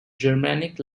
germanic